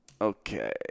Okay